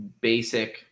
basic